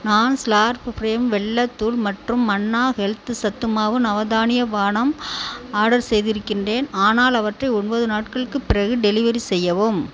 நான் slurrp farm வெல்லத் தூள் மற்றும் மன்னா ஹெல்த் சத்து மாவு நவதானிய பானம் ஆர்டர் செய்திருக்கின்றேன் ஆனால் அவற்றை ஒன்பது நாட்களுக்குப் பிறகு டெலிவரி செய்யவும்